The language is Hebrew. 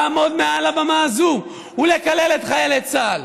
לעמוד מעל הבמה הזאת ולקלל את חיילי צה"ל.